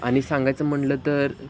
आणि सांगायचं म्हटलं तर